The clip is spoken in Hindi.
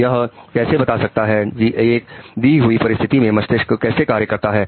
यह कैसे बता सकता है कि एक दी हुई परिस्थिति में मस्तिष्क कैसे कार्य करता है